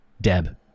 Deb